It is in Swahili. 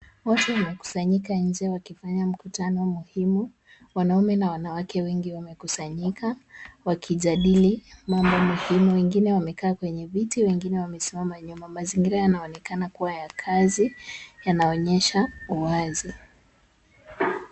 Watu wanakusanyika nje wakifanya mkutano muhimu. Wanaume na wanawake wengi wamekusanyika wakijadili mambo muhimu. Wengine wamekaa kwenye viti wengine wamesimama nyuma. Mazingira yanaonekana kuwa ya kazi. Yanaonyesha uwazi.